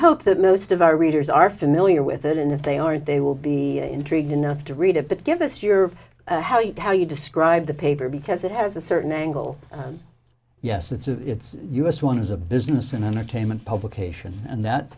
hope that most of our readers are familiar with it and if they aren't they will be intrigued enough to read it but give us your how you how you describe the paper because it has a certain angle yes it's u s one is a business and entertainment publication and that